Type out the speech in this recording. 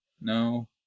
no